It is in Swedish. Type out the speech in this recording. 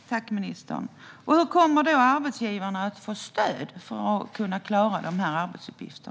Herr talman! Tack, ministern! Hur kommer då arbetsgivarna att få stöd för att kunna klara dessa arbetsuppgifter?